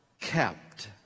kept